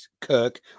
Kirk